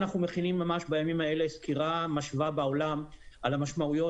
אנחנו מכינים ממש בימים האלה סקירה משווה בעולם על המשמעויות